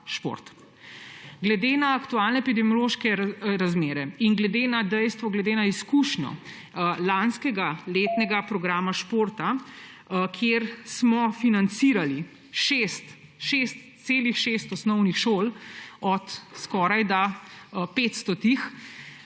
šport. Glede na aktualne epidemiološke razmere in glede na izkušnjo lanskega letnega programa športa, kjer smo financirali šest, celih šest osnovnih šol od skorajda 500,